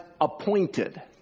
appointed